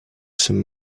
some